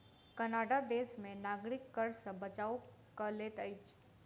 Canada देश में नागरिक कर सॅ बचाव कय लैत अछि